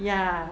ya